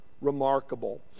remarkable